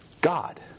God